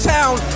Town